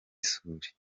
isuri